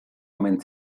omen